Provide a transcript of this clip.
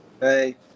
Hey